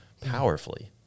Powerfully